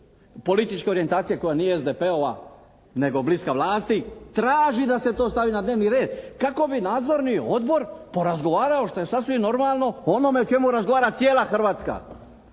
političke orijentacije koja nije SDP-ova nego bliska vlasti traži da se to stavi na dnevni red kako bi Nadzorni odbor porazgovarao što je sasvim normalno o onome o čemu razgovara cijela Hrvatska